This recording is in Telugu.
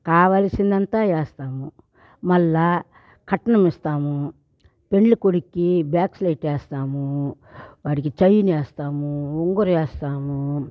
కావాల్సిందంతా వేస్తాము మళ్ళా కట్నం ఇస్తాము పెండ్లి కొడుక్కి బ్యాక్స్ లైట్ వేస్తాము వాడికి చెయిన్ ఏస్తాము ఉంగుర్లేస్తాము